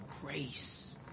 grace